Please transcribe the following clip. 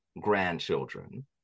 grandchildren